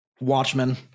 Watchmen